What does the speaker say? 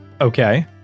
Okay